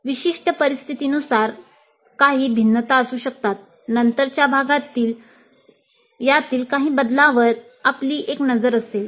विशिष्ट परिस्थितीनुसार काही भिन्नता असू शकतात नंतरच्या भागातील यातील काही बदलांवर आपली एक नजर असेल